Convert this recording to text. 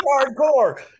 hardcore